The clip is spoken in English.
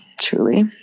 truly